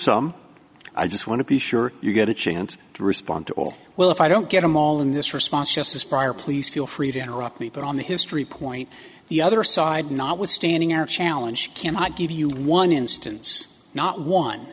some i just want to be sure you get a chance to respond to all well if i don't get them all in this response just as prior please feel free to interrupt me but on the history point the other side notwithstanding our challenge cannot give you one instance not one